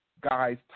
guys